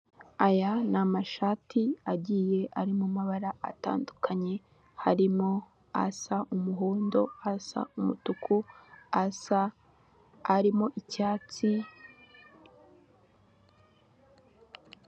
Aya ni amashati agiye arimo amabara atandukanye harimo; asa umuhondo, asa umutuku, asa arimo icyatsi.